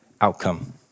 outcome